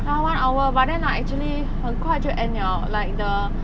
ya one hour but then like actually 很快就 end liao like the